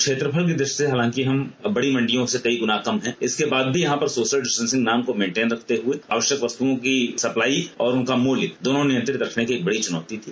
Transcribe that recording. क्षेत्रफल की दृष्टि से हम बड़ी मंडियों से कई गुना कम है इसके बाद भी यहां पर सोशल डिस्टेंसिंग नाम को मेनटेन रखते हुए आवश्यक वस्तुओं की सप्लाई और उनका मूल्य दोनों नियंत्रित रखने की एक बड़ी चुनौती थी